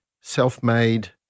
self-made